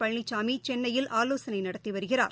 பழனிசாமி சென்னையில் ஆலோசனை நடத்தி வருகிறார்